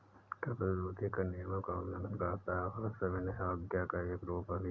कर प्रतिरोध कर नियमों का उल्लंघन करता है और सविनय अवज्ञा का एक रूप भी है